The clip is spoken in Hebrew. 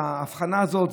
ההבחנה הזאת,